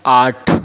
आठ